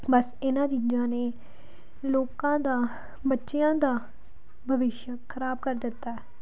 ਬਸ ਇਹਨਾਂ ਚੀਜ਼ਾਂ ਨੇ ਲੋਕਾਂ ਦਾ ਬੱਚਿਆਂ ਦਾ ਭਵਿਸ਼ਯ ਖਰਾਬ ਕਰ ਦਿੱਤਾ